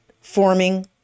forming